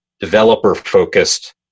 developer-focused